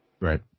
Right